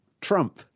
Trump